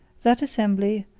that assembly,